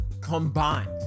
combined